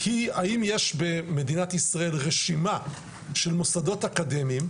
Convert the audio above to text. האם יש במדינת ישראל רשימה של מוסדות אקדמיים,